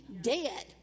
Dead